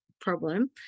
problem